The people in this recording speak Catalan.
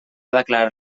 declarar